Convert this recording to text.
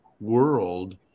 world